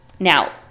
Now